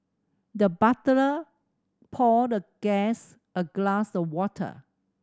the butler poured the guest a glass of water